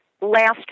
last